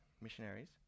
missionaries